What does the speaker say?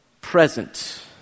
present